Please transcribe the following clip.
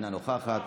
אינה נוכחת,